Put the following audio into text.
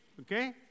Okay